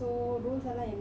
நான்:naan test பண்றேன்:pandren